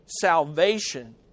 salvation